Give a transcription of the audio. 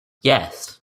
yes